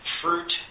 fruit